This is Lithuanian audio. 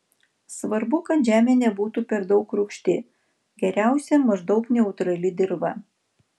svarbu kad žemė nebūtų per daug rūgšti geriausia maždaug neutrali dirva